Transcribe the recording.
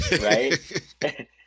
right